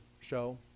show